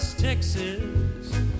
Texas